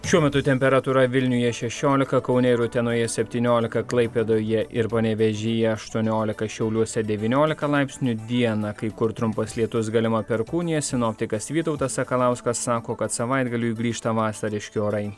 šiuo metu temperatūra vilniuje šešiolika kaune ir utenoje septyniolika klaipėdoje ir panevėžyje aštuoniolika šiauliuose devyniolika laipsnių dieną kai kur trumpas lietus galima perkūnija sinoptikas vytautas sakalauskas sako kad savaitgaliui grįžta vasariški orai